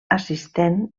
assistent